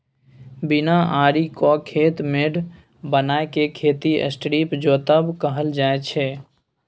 बिना आरिक खेत मेढ़ बनाए केँ खेती स्ट्रीप जोतब कहल जाइ छै